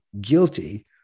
guilty